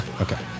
Okay